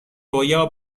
رویا